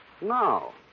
No